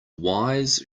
wise